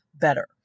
better